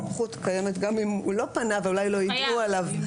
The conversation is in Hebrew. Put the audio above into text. הסמכות קיימת גם אם הוא לא פנה ואולי לא יידעו עליו,